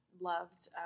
loved